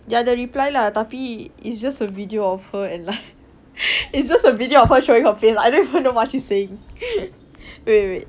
dia ada reply lah tapi it's just a video of her and li~ it's just a video of her showing her face I don't even know what's she saying wait wait wait